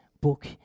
book